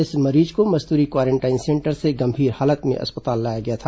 इस मरीज को मस्तुरी क्वारेंटाइन सेंटर से गंभीर हालत में अस्पताल लाया गया था